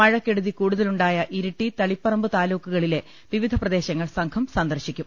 മഴക്കെടുതി കൂടുതലുണ്ടായ ഇരിട്ടി തളി പ്പറമ്പ് താലൂക്കുകളിലെ വിവിധ പ്രദേശങ്ങൾ സംഘം സന്ദർശിക്കും